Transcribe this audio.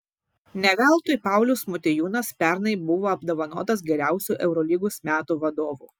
ne veltui paulius motiejūnas pernai buvo apdovanotas geriausiu eurolygos metų vadovu